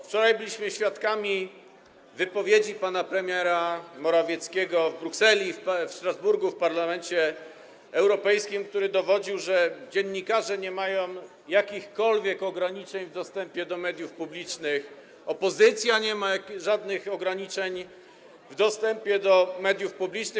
Wczoraj byliśmy świadkami wypowiedzi pana premiera Morawieckiego w Brukseli, w Strasburgu w Parlamencie Europejskim, który dowodził, że dziennikarze nie mają jakichkolwiek ograniczeń w dostępie do mediów publicznych, opozycja nie ma żadnych ograniczeń w dostępie do mediów publicznych.